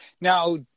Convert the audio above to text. now